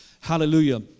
Hallelujah